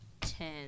ten